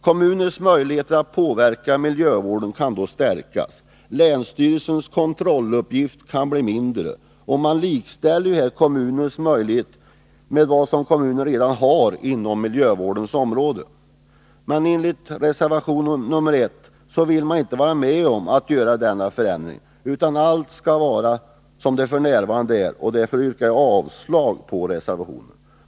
Kommunernas möjlighet att påverka miljövården kan därmed stärkas samtidigt som länsstyrelsernas kontroll kan bli mindre omfattande. Kommunerna får därmed samma kontrollmöjligheter som de redan har på miljövårdens område. Moderaterna villi sin reservation, nr 1, inte vara med om denna förändring utan anser att allt skall vara som det f. n. är. Därför yrkar jag avslag på den reservationen.